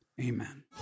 amen